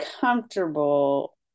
comfortable